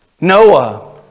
Noah